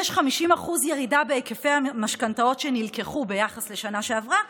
יש 50% ירידה בהיקפי המשכנתאות שנלקחו ביחס לשנה שעברה,